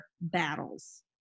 battles